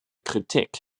kritik